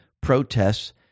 protests